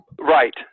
Right